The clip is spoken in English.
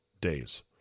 days